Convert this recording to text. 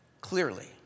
clearly